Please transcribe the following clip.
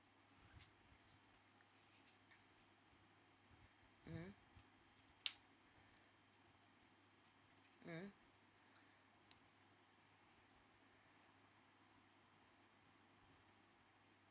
mmhmm mmhmm